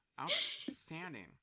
Outstanding